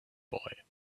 boy